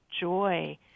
joy